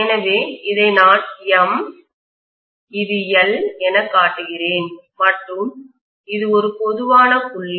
எனவே இதை நான் M இது L எனக் காட்டுகிறேன் மற்றும் இது ஒரு பொதுவான புள்ளி